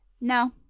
No